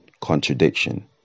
contradiction